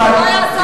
זה לא יעזור,